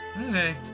Okay